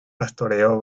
pastoreo